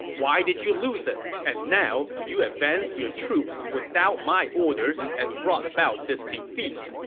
why did you lose it? and now, you advanced your troops without my order and brought about this defeat!